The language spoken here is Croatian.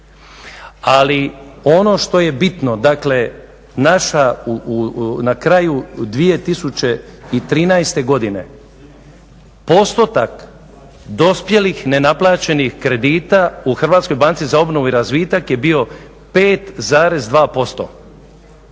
Ali ono što je bitno, na kraju 2013. godine postotak dospjelih nenaplaćenih kredita u HBOR-u je bio 5,2%.